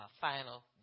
final